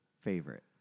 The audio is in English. favorite